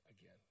again